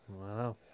Wow